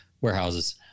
warehouses